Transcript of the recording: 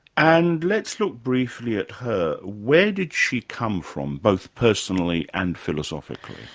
and let's look briefly at her. where did she come from both personally and philosophically?